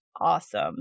Awesome